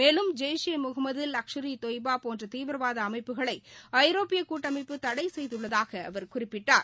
மேலும் ஜெய்ஷ் இ முகமது லஷ்கர் இ தொய்பா போன்ற தீவிரவாத அமைப்புகளை ஐரோப்பிய கூட்டமைப்பு தடை செய்துள்ளதாக அவர் குறிப்பிட்டார்